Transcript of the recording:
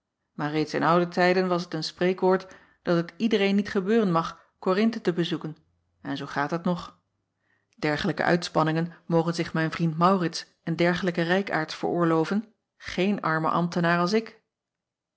aar reeds in oude tijden was t een spreekwoord dat het iedereen niet gebeuren mag orinthe te bezoeken en zoo gaat het nog ergelijke uitspanningen mogen zich mijn vriend aurits en dergelijke rijkaards veroorloven geen arme ambtenaar als ik